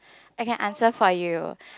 I can answer for you